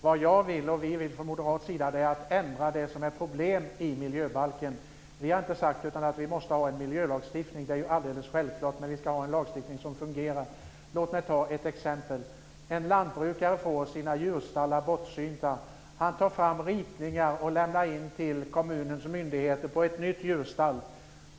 Vad jag vill, och vad vi vill från Moderaternas sida, är att ändra på det som det är problem med i miljöbalken. Vi har inte sagt annat än att vi måste ha en miljölagstiftning, det är ju alldeles självklart. Men vi ska ha en lagstiftning som fungerar. Låt mig ta ett exempel: En lantbrukare får sina djurstallar bortsynta. Han tar fram ritningar på nya djurstallar och lämnar in till kommunens myndigheter.